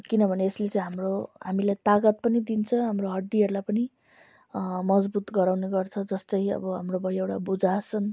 किनभने यसले चाहिँ हाम्रो हामीलाई तागत पनि दिन्छ हाम्रो हड्डीहरूलाई पनि मजबुत गराउने गर्छ जस्तै अब हाम्रो भयो यो भुजासन